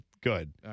good